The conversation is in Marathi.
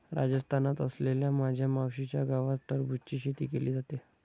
राजस्थानात असलेल्या माझ्या मावशीच्या गावात टरबूजची शेती केली जाते